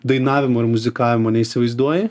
dainavimo ir muzikavimo neįsivaizduoji